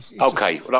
okay